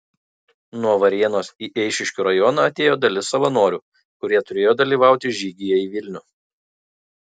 nuo varėnos į eišiškių rajoną atėjo dalis savanorių kurie turėjo dalyvauti žygyje į vilnių